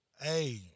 Hey